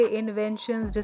inventions